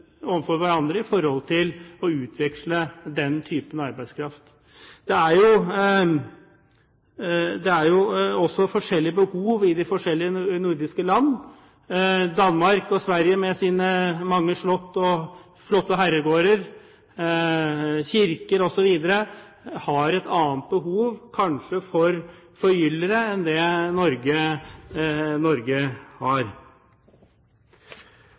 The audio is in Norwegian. hverandre for å utveksle den type arbeidskraft. Men det er forskjellige behov i de forskjellige nordiske land. Danmark og Sverige med sine mange slott, flotte herregårder, kirker osv. har kanskje et annet behov for forgyllere enn det Norge har.